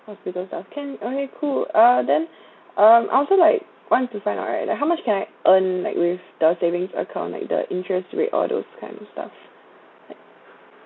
hospital stuff can okay cool uh then um I'd also like want to find out right like how much can I earn like with the savings account like the interest rate all those kind of stuff like